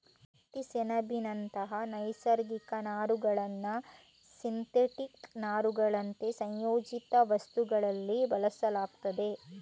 ಹತ್ತಿ, ಸೆಣಬಿನಂತ ನೈಸರ್ಗಿಕ ನಾರುಗಳನ್ನ ಸಿಂಥೆಟಿಕ್ ನಾರುಗಳಂತೆ ಸಂಯೋಜಿತ ವಸ್ತುಗಳಲ್ಲಿ ಬಳಸಲಾಗ್ತದೆ